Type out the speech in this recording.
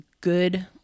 good